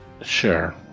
Sure